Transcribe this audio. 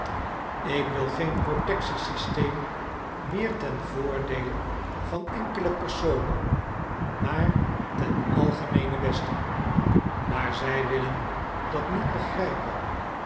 ik wil geen protectie systeem meer ten voordeele van enkele personen maar ten algemeenen beste maar zij willen dat niet begrijpen